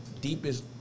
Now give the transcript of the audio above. deepest